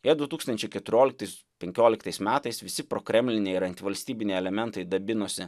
jei du tūkstančiai keturioliktais penkioliktais metais visi prokremliniai ir antivalstybiniai elementai dabinosi